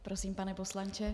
Prosím, pane poslanče.